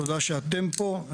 תודה שאתם פה,